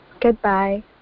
Goodbye